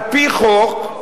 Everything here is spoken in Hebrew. על-פי חוק,